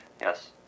yes